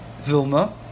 Vilna